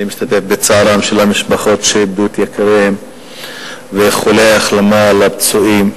אני משתתף בצערן של המשפחות שאיבדו את יקיריהן ומאחל החלמה לפצועים.